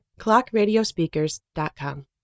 clockradiospeakers.com